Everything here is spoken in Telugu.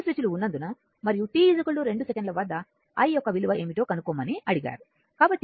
2 స్విచ్లు ఉన్నందున మరియు t 2 సెకను వద్ద i యొక్క విలువ ఏమిటో కనుక్కోమని అడిగారు